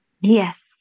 yes